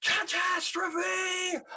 Catastrophe